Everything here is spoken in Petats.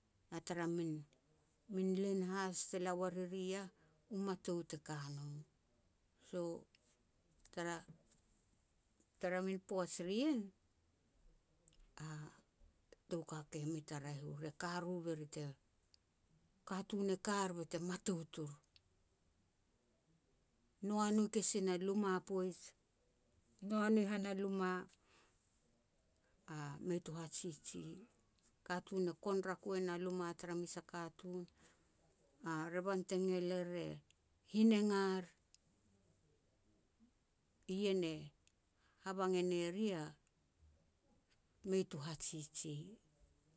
Tara min-min len has te la ua riri iah, u mataut e ka no. So, tara-tara min poaj ri ien, a toukaka e mei ta raeh u, re ka ro be ri te, katun e kar bete mataut ur. Noa no kesin a luma poij, noa no i han a luma, mei tu hajiji. Katun e kon rako e na luma tara mes a katun, a revan te ngel er e hi negar. Ien e habang e ne ri, mei tu hajiji.